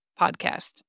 podcast